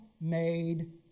made